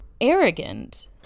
arrogant